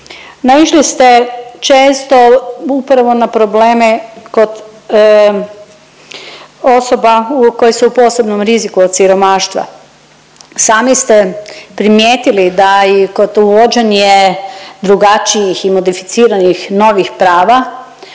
naišli ste često upravo na probleme kod osoba koje su u posebnom riziku od siromaštva. Sami ste primijetili da i kod uvođenje drugačijih i modificiranih novih prava